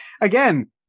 again